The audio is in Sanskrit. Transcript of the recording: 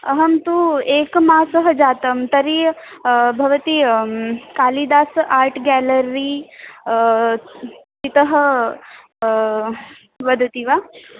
अहं तु एकमासः जातं तर्हि भवती कालिदासः आर्ट् गेलर्री इतः वदति वा